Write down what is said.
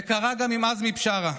זה קרה גם עם עזמי בשארה.